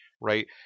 right